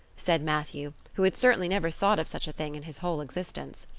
said matthew, who had certainly never thought of such a thing in his whole existence.